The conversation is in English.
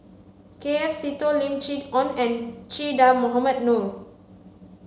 K F Seetoh Lim Chee Onn and Che Dah Mohamed Noor